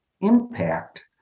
impact